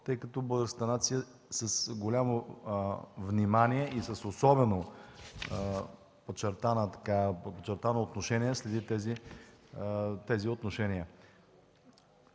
тъй като българската нация с голямо внимание и особено подчертано отношение следи тези отношения.